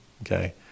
okay